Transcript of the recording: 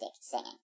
singing